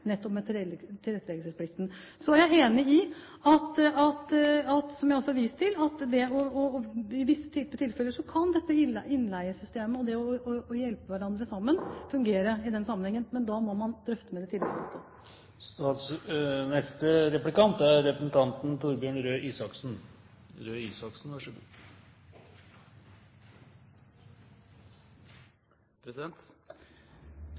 nettopp å stimulere til at de, sammen med arbeidslivssentrene – det gjelder ikke for IA-bedriftene, det har du rett i – skal hjelpe arbeidsgiver med tilretteleggelsesplikten. Jeg er enig i, som jeg også har vist til, at i visse typer tilfeller kan dette innleiesystemet, sammen med det å hjelpe hverandre, fungere i den sammenhengen, men da må man drøfte det med